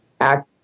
act